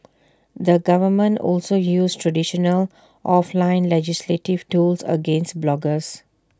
the government also used traditional offline legislative tools against bloggers